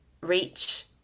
reach